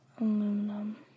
Aluminum